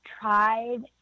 tried